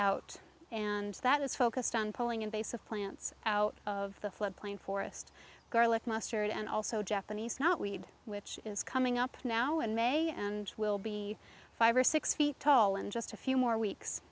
out and that is focused on pulling invasive plants out of the floodplain forest garlic mustard and also japanese knotweed which is coming up now in may and will be five or six feet tall in just a few more weeks